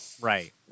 right